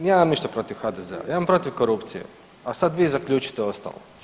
Ja nemam ništa protiv HDZ-a, ja imam protiv korupcije, a sad vi zaključite ostalo.